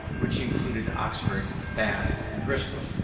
which included oxford, bath and bristol,